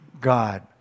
God